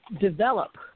develop